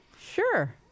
Sure